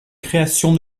création